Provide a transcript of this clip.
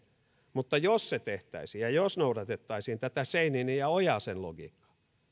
mutta jos se tehtäisiin ja jos noudatettaisiin tätä scheininin ja ojasen logiikkaa